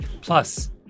Plus